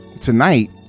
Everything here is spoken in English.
tonight